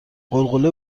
غلغله